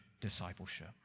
discipleship